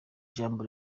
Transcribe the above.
jambo